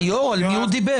היושב-ראש, על מי הוא דיבר?